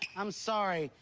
i'm sorry.